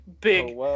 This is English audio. big